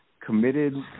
committed